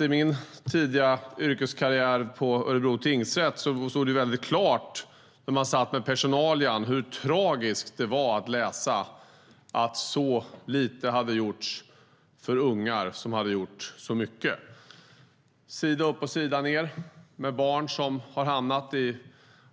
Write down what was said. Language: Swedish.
I min tidiga yrkeskarriär på Örebro tingsrätt stod det väldigt klart när man läste personalia hur tragiskt det var att läsa att så lite hade gjorts för de ungar som hade gjort så mycket. Jag läste sida upp och sida ned om barn som hade hamnat i